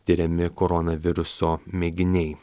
tiriami koronaviruso mėginiai